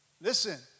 Listen